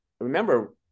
remember